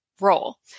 role